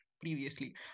previously